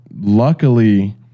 luckily